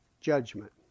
judgment